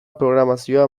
programazioa